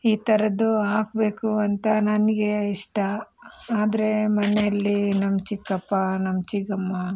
ಈ ಥರದ್ದು ಹಾಕಬೇಕು ಅಂತ ನನಗೆ ಇಷ್ಟ ಆದರೆ ಮನೆಯಲ್ಲಿ ನಮ್ಮ ಚಿಕ್ಕಪ್ಪ ನಮ್ಮ ಚಿಕ್ಕಮ್ಮ